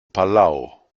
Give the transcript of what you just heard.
palau